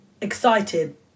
Excited